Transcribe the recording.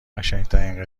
قشنگترین